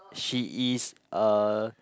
she is a